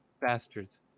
Bastards